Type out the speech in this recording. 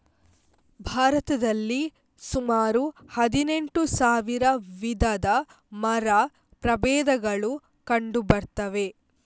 ಭಾರತದಲ್ಲಿ ಸುಮಾರು ಹದಿನೆಂಟು ಸಾವಿರ ವಿಧದ ಮರ ಪ್ರಭೇದಗಳು ಕಂಡು ಬರ್ತವೆ